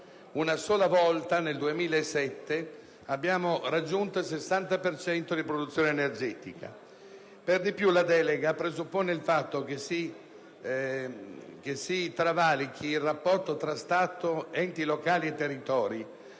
Una sola volta, nel 2007, abbiamo raggiunto il 60 per cento di produzione energetica. Per di più, la delega presuppone il fatto che si travalichi il rapporto tra Stato, enti locali e territori: